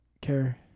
care